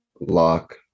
lock